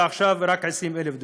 ועכשיו רק 20,000 דונם,